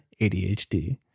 ADHD